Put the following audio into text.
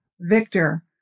Victor